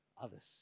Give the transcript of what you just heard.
others